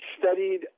studied